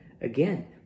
again